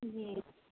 जी